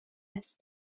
است